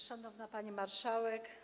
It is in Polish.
Szanowna Pani Marszałek!